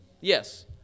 Yes